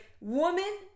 woman